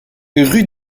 rue